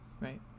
Right